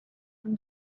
full